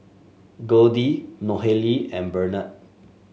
Goldie Nohely and Bernard